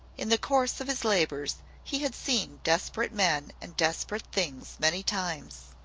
in the course of his labors he had seen desperate men and desperate things many times.